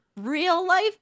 real-life